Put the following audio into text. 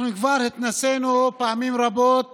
אנחנו כבר התנסינו פעמים רבות